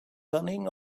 cunning